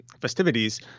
festivities